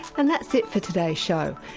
and that's it for today's show.